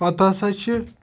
پَتہٕ ہَسا چھِ